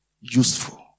useful